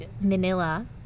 Manila